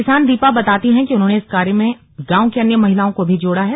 किसान दीपा बताती हैं कि उन्होंने इस कार्य में गांव की अन्य महिलाओं को भी जोड़ा है